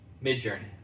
mid-journey